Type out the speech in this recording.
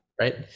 right